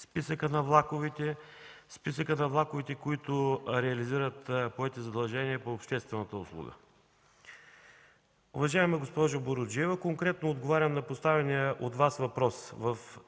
списъка на влаковете, които реализират поети задължения по обществената услуга. Уважаема госпожо Буруджиева, конкретно отговарям на поставения от Вас въпрос. В